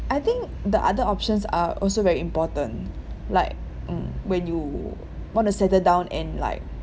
I think the other options are also very important like mm when you want to settle down and like